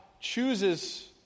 chooses